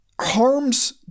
harms